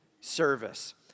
service